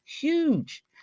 Huge